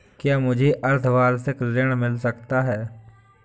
क्या मुझे अर्धवार्षिक ऋण मिल सकता है?